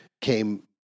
came